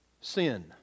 sin